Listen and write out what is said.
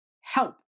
help